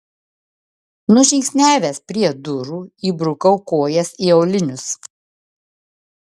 nužingsniavęs prie durų įbrukau kojas į aulinius